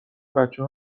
بچه